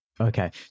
Okay